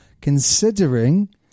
considering